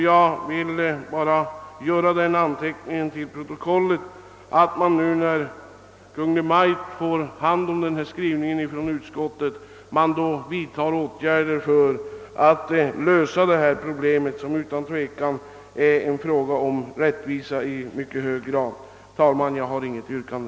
Jag vill bara göra den anteckningen till protokollet att jag hoppas att Kungl. Maj:t, när Kungl. Maj:t får denna skrivning från utskottet, vidtar åtgärder för att lösa detta problem, som utan tvivel gäller rättvisa i mycket hög grad. Herr talman! Jag har inte något yrkande.